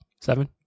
seven